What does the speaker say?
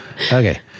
Okay